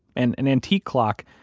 and an antique clock,